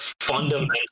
fundamental